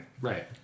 Right